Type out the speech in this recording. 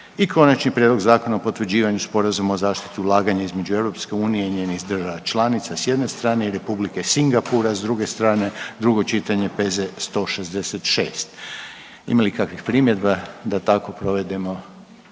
- Konačni prijedlog Zakona o potvrđivanju sporazuma o zaštiti ulaganja između EU i njenih država članica s jedne strane i Republike Singapura s druge strane, drugo čitanje, P.Z. br. 166. Ima li kakvih primjedba da tako provedemo?